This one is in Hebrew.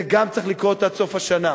זה גם צריך לקרות עד סוף השנה.